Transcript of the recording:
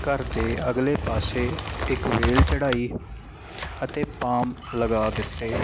ਘਰ ਦੇ ਅਗਲੇ ਪਾਸੇ ਇੱਕ ਵੇਲ ਚੜਾਈ ਅਤੇ ਪਾਮ ਲਗਾ ਦਿੱਤੇ